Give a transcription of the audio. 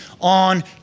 on